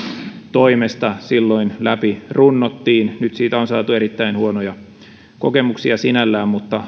toimesta silloin läpi runnottiin nyt siitä on saatu erittäin huonoja kokemuksia sinällään mutta